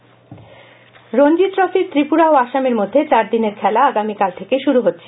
Ranji trophy Ranji ট্রফির ত্রিপুরা ও আসামের মধ্যে চারদিনের খেলা আগামীকাল থেকে শুরু হচ্ছে